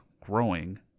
growing